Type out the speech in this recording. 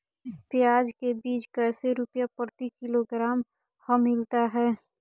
प्याज के बीज कैसे रुपए प्रति किलोग्राम हमिलता हैं?